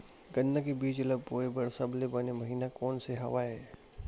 गन्ना के बीज ल बोय बर सबले बने महिना कोन से हवय?